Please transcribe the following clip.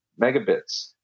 megabits